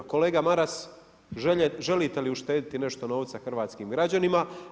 Kolega Maras, želite li uštedjeti nešto novca hrvatskim građanima?